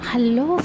Hello